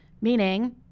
meaning